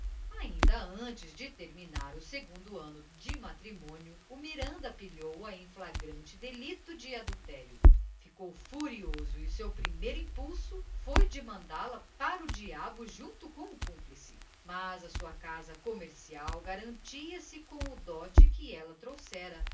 ainda antes de terminar o segundo ano de matrimônio o miranda pilhou a em flagrante delito de adultério ficou furioso e o seu primeiro impulso foi de mandá-la para o diabo junto com o cúmplice mas a sua casa comercial garantia se com o dote que ela trouxera